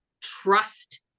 trust